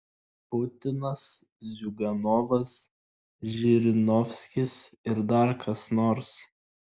putinas ziuganovas žirinovskis ir dar kas nors